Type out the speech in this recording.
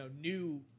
new